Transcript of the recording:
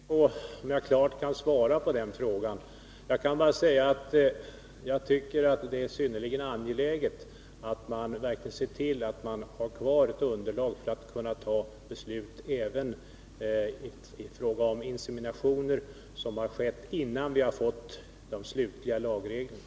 Herr talman! Jag är litet osäker på om jag kan ge ett klart svar på den frågan. Jag kan bara säga att jag tycker att det är synnerligen angeläget att man verkligen ser till att bevara ett sådant underlag att man kan fatta beslut även i fråga om inseminationer som skett innan vi fått de slutliga lagreglerna.